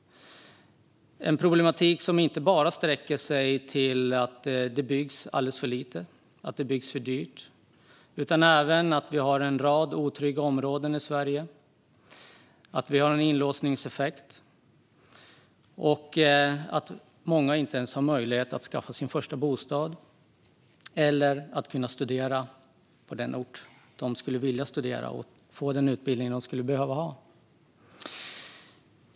Det är en problematik som inte bara sträcker sig till att det byggs alldeles för lite och för dyrt. Det handlar även om att vi har en rad otrygga områden i Sverige, om att vi har en inlåsningseffekt och om att många inte ens har möjlighet att skaffa sig sin första bostad eller att studera på den ort där de skulle vilja studera och få den utbildning som de skulle behöva ha.